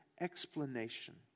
explanation